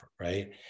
right